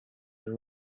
the